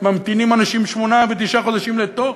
ממתינים אנשים שמונה ותשעה חודשים לתור.